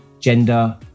gender